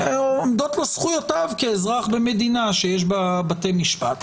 עומדות לו זכויות כאזרח במדינה שיש בה בי משפט.